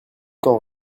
temps